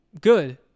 Good